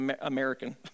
American